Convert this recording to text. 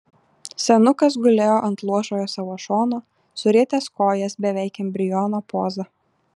senukas gulėjo ant luošojo savo šono surietęs kojas beveik embriono poza